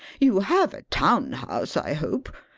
you have a town house, i hope?